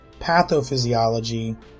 pathophysiology